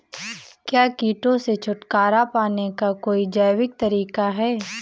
क्या कीटों से छुटकारा पाने का कोई जैविक तरीका है?